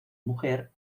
mujer